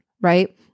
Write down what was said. right